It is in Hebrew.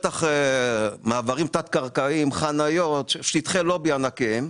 עם מעברים תת-קרקעיים, חניות ושטחי לובי ענקיים.